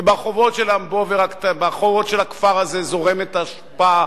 וברחובות של הכפר הזה זורמת אשפה,